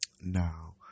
Now